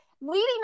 Leading